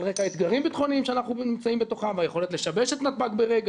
רקע האתגרים הביטחוניים הקיימים והיכולת לשבש את נתב"ג ברגע.